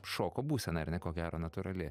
šoko būsena ar ne ko gero natūrali